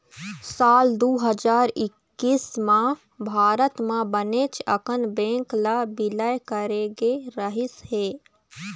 साल दू हजार एक्कइस म भारत म बनेच अकन बेंक ल बिलय करे गे रहिस हे